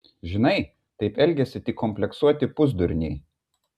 žinai taip elgiasi tik kompleksuoti pusdurniai